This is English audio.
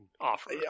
offer